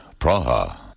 Praha